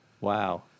Wow